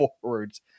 forwards